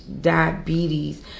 diabetes